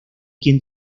quien